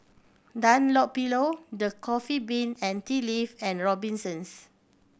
Dunlopillo The Coffee Bean and Tea Leaf and Robinsons